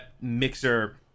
mixer